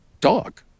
dog